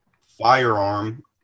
firearm